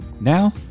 now